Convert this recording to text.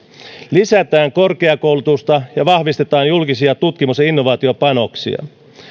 lisätään korkeakoulutusta ja vahvistetaan julkisia tutkimus ja innovaatiopanoksia